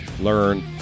learn